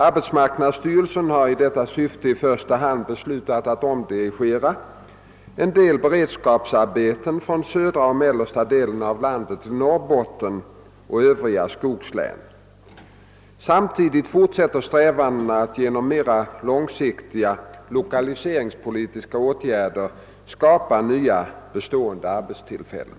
Arbetsmarknadsstyrelsen har i detta syfte i första hand beslutat att omdirigera en del beredskapsarbeten från södra och mellersta delen av landet till Norrbotten och till övriga skogslän. Samtidigt fortsätter strävandena att genom mera långsiktiga lokaliseringspolitiska åtgärder skapa nya bestående arbetstillfällen.